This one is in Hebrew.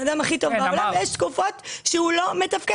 אדם הכי טוב בעולם ויש תקופות שהוא לא מתפקד,